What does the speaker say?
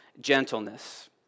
gentleness